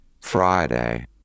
Friday